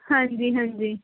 ਹਾਂਜੀ ਹਾਂਜੀ